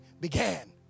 began